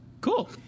Cool